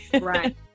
Right